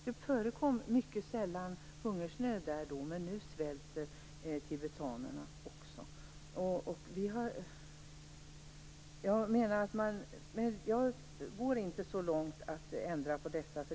Det förekom mycket sällan hungersnöd där då, men nu svälter tibetanerna också. Jag går inte så långt att jag vill ändra på detta.